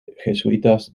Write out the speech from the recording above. jesuitas